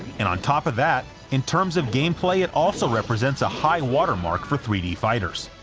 and on top of that, in terms of gameplay it also represents a high watermark for three d fighters.